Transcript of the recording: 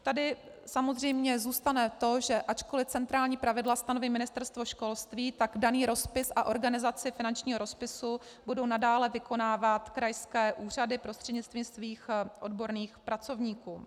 Tady samozřejmě zůstane to, že ačkoli centrální pravidla stanoví Ministerstvo školství, tak daný rozpis a organizaci finančního rozpisu budou nadále vykonávat krajské úřady prostřednictvím svých odborných pracovníků.